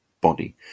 body